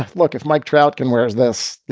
look, if mike trout can, whereas this,